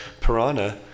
piranha